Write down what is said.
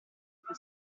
più